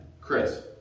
Chris